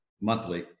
monthly